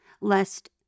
lest